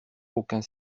aucun